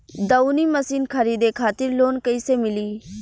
दऊनी मशीन खरीदे खातिर लोन कइसे मिली?